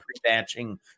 pre-batching